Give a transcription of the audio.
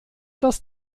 das